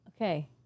Okay